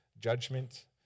judgment